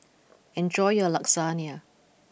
enjoy your Lasagna